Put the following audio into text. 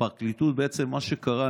בעצם מה שקרה,